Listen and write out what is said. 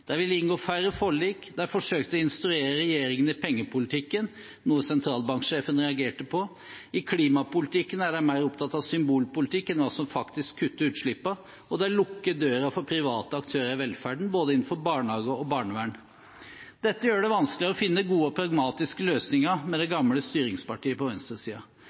De vil inngå færre forlik. De forsøkte å instruere regjeringen i pengepolitikken, noe sentralbanksjefen reagerte på. I klimapolitikken er de mer opptatt av symbolpolitikk enn hva som faktisk kutter utslippene, og de lukker døren for private aktører innen velferden, både innenfor barnehage og barnevern. Dette gjør det vanskeligere å finne gode og pragmatiske løsninger med det gamle styringspartiet på